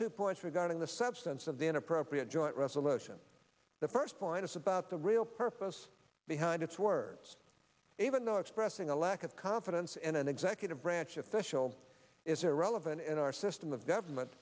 two points regarding the substance of the inappropriate joint resolution the first point is about the real purpose behind its words even though expressing a lack of confidence in an executive branch official is irrelevant in our system of government